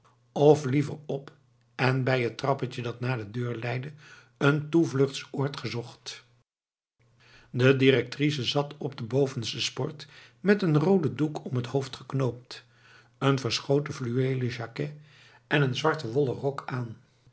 of liever op en bij het trapje dat naar de deur leidde een toevluchtsoord gezocht de directrice zat op de bovenste sport met een rooden doek om het hoofd geknoopt een verschoten fluweelen jacquet en een zwarten wollen rok aan